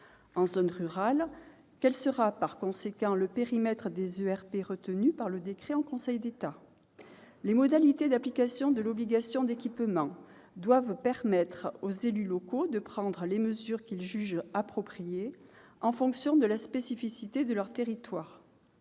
En zone rurale, quel sera le périmètre des ERP retenu par le décret en Conseil d'État ? Les modalités d'application de l'obligation d'équipement doivent permettre aux élus locaux de prendre les mesures qu'ils jugent appropriées, en fonction de la spécificité de leur territoire.